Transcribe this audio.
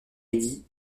midi